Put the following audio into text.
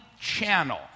channel